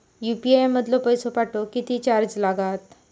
UPI मधलो पैसो पाठवुक किती चार्ज लागात?